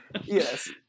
Yes